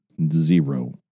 Zero